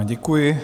Děkuji.